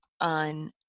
on